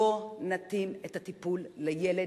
בוא נתאים את הטיפול לילד,